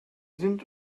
sind